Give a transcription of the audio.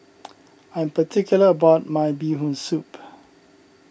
I am particular about my Bee Hoon Soup